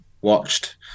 watched